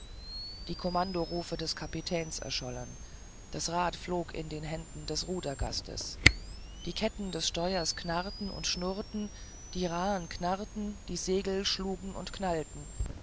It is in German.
die kommandorufe des kapitäns erschollen das rad flog in den händen des rudergastes die ketten des steuers knackten und schurrten die rahen knarrten die segel schlugen und knallten